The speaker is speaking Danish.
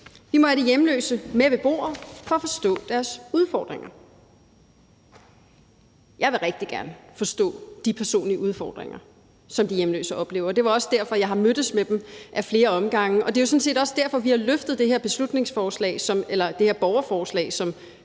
Vi må have de hjemløse med ved bordet for at forstå deres udfordringer. Jeg vil rigtig gerne forstå de personlige udfordringer, som de hjemløse oplever. Det er også derfor, at jeg har mødtes med dem ad flere omgange, og det er jo sådan set også derfor, vi har løftet det her borgerforslag op som et beslutningsforslag, for